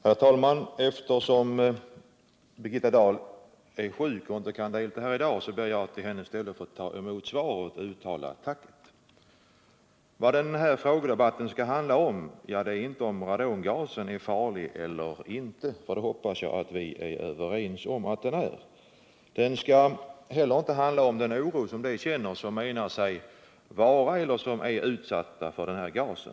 Herr talman! Eftersom Birgitta Dahl är sjuk och inte kan delta här i dag ber jag att i hennes ställe få ta emot svaret och uttala tacket. Vad den här debatten skall handla om är inte huruvida radongasen är farlig eller inte — det hoppas jag att vi är överens om att den är. Den skall heller inte handla om den oro som de känner som menar sig vara eller som är utsatta för denna gas.